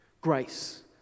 grace